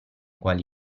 quale